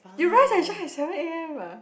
you rise and shine at seven a_m ah